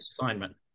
assignment